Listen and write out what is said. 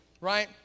right